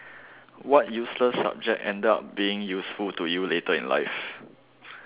what useless subject ended up being useful to you later in life